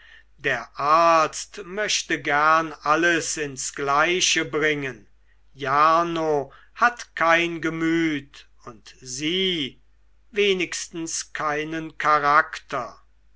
der arzt möchte gern alles ins gleiche bringen jarno hat kein gemüt und sie wenigstens keinen charakter